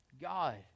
God